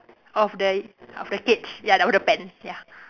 of the of the cage ya of the pen ya